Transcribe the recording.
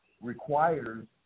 requires